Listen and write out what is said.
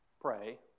pray